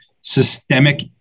systemic